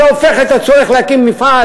זה הופך את הצורך להקים מפעל